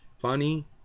funny